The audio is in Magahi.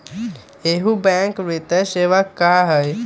इहु बैंक वित्तीय सेवा की होई?